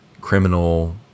criminal